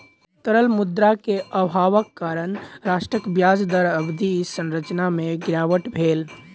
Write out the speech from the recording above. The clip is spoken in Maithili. तरल मुद्रा के अभावक कारण राष्ट्रक ब्याज दर अवधि संरचना में गिरावट भेल